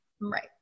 Right